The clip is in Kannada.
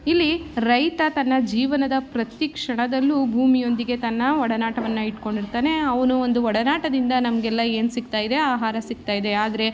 ಇಲ್ಲಿ ರೈತ ತನ್ನ ಜೀವನದ ಪ್ರತಿ ಕ್ಷಣದಲ್ಲೂ ಭೂಮಿಯೊಂದಿಗೆ ತನ್ನ ಒಡನಾಟವನ್ನು ಇಟ್ಕೊಂಡಿರ್ತಾನೆ ಅವನು ಒಂದು ಒಡನಾಟದಿಂದ ನಮಗೆಲ್ಲ ಏನು ಸಿಗ್ತಾಯಿದೆ ಆಹಾರ ಸಿಗ್ತಾಯಿದೆ ಆದರೆ